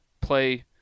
play